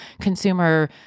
consumer